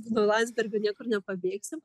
nuo landsbergio niekur nepabėgsim